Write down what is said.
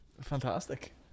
Fantastic